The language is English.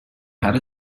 had